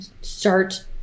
start